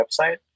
website